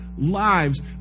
lives